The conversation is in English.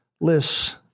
lists